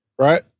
right